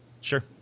Sure